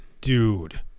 Dude